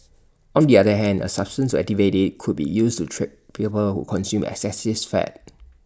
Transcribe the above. on the other hand A substance activate IT could be used to treat people who consume excessive fat